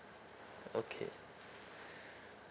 okay